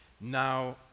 Now